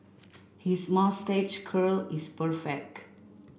his moustache curl is perfect